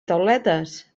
tauletes